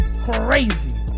crazy